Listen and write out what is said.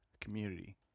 community